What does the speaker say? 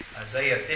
Isaiah